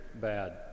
bad